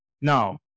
Now